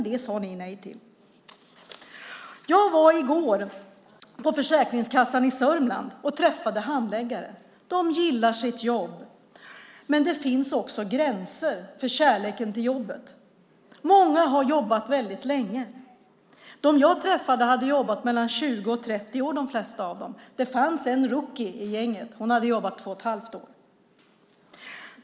Det sade ni nej till. Jag var i går hos Försäkringskassan i Sörmland och träffade handläggare. De gillar sitt jobb. Men det finns gränser för kärleken till jobbet. Många har jobbat väldigt länge. De flesta jag träffade hade jobbat 20-30 år. Det fanns en rookie i gänget. Hon hade jobbat två och ett halvt år.